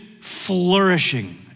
flourishing